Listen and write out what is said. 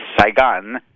Saigon